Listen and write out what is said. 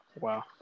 Wow